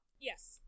Yes